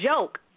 joke